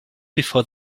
before